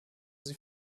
sie